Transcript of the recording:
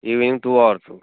evening two hours